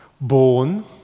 born